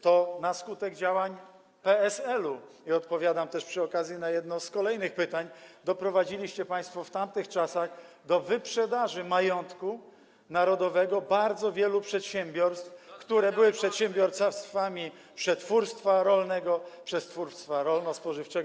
To na skutek działań PSL-u - odpowiadam przy okazji na jedno z kolejnych pytań - doprowadziliście państwo w tamtych czasach do wyprzedaży majątku narodowego bardzo wielu przedsiębiorstw, które były przedsiębiorstwami przetwórstwa rolnego, przetwórstwa rolno-spożywczego.